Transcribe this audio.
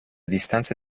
distanza